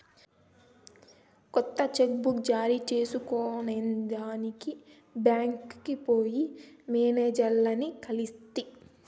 కొత్త cheque book జారీ చేయించుకొనేదానికి బాంక్కి పోయి మేనేజర్లని కలిస్తి